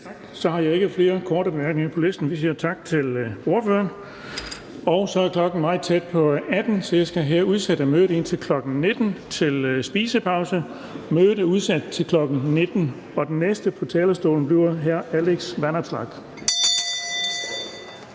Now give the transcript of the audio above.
Så har jeg ikke flere korte bemærkninger på listen, så vi siger tak til ordføreren. Så er klokken meget tæt på 18.00, så jeg skal her udsætte mødet indtil kl. 19.00 til spisepause. Den næste på talerstolen efter pausen bliver hr. Alex Vanopslagh.